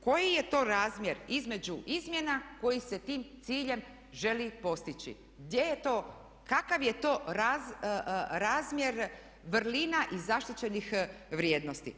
Koji je to razmjer između izmjena koji se tim ciljem želi postići, gdje je to, kakav je to razmjer vrlina i zaštićenih vrijednosti.